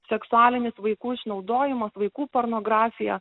seksualinis vaikų išnaudojimas vaikų pornografija